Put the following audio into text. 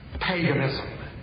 Paganism